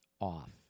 off